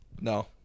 no